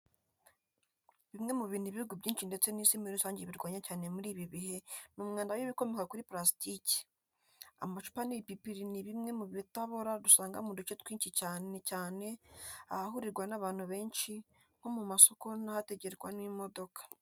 Bimwe mu bintu ibihugu byinshi ndetse n'isi muri rusange birwanya cyane muri ibi bihe, ni umwanda w'ibikomoka kuri parasitike. Amacupa n'ibipipiri ni bimwe mu bitabora dusanga mu duce twinshi cyane cyane ahahurirwa n'abantu benshi nko: mu masoko n'ahategerwa imodoka.